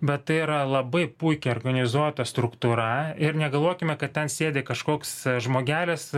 bet tai yra labai puikiai organizuota struktūra ir negalvokime kad ten sėdi kažkoks žmogelis